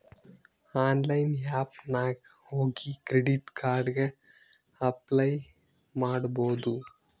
online app ನಾಗ್ ಹೋಗಿ credit card ಗ ಅಪ್ಲೈ ಮಾಡ್ಬೋದು